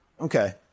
Okay